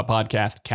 Podcast